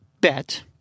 bet